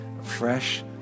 fresh